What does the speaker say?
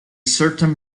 certain